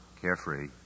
carefree